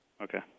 Okay